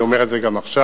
אני אומר את זה גם עכשיו.